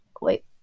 wait